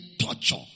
torture